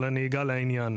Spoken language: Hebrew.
אבל אני אגע לעניין.